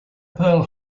pearl